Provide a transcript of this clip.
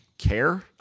care